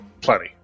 Plenty